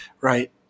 right